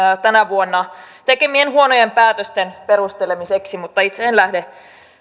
tänä vuonna tekemien huonojen päätösten perustelemiseksi mutta itse en lähde